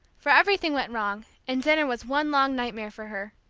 for everything went wrong, and dinner was one long nightmare for her.